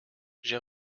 j’ai